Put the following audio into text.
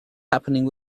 happening